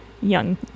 young